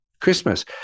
Christmas